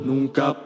Nunca